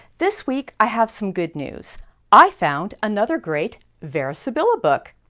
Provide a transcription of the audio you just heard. this week, i have some good news i found another great vera sevilla book!